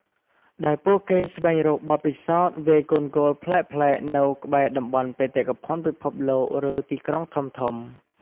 ដែលពួកគេស្វែងរកបទពិសោធន៍វាយកូនហ្គោលប្លែកៗនៅក្បែរតំបន់បេតិកភណ្ឌពិភពលោក ឬទីក្រុងធំៗ។